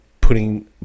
putting